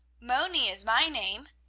moni is my name